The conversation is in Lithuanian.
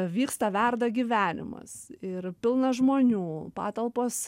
vyksta verda gyvenimas ir pilna žmonių patalpos